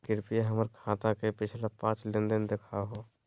कृपया हमर खाता के पिछला पांच लेनदेन देखाहो